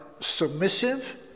Submissive